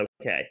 okay